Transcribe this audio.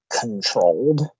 controlled